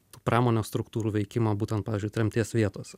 pramonės struktūrų veikimo būtent pavyzdžiui tremties vietos